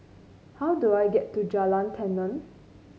how do I get to Jalan Tenon